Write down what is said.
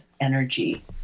energy